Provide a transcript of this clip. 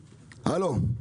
הלו,